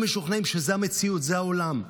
הם משוכנעים שזו המציאות, זה העולם.